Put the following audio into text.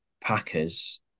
Packers